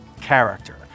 character